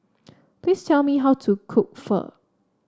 please tell me how to cook Pho